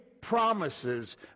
promises